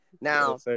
Now